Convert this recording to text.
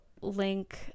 link